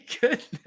goodness